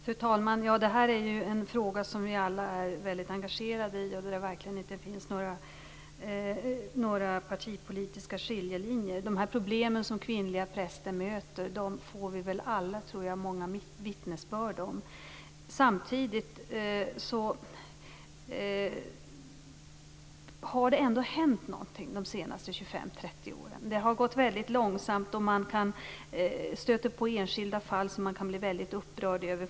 Fru talman! Detta är en fråga som vi alla är väldigt engagerade i. Det finns verkligen inga partipolitiska skiljelinjer. De problem som kvinnliga präster möter får vi alla många vittnesbörd om. Samtidigt har det ändå hänt någonting de senaste 25-30 åren. Det har gått väldigt långsamt, och man stöter fortfarande på enskilda fall som man blir väldigt upprörd över.